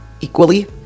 equally